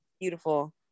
beautiful